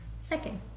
Second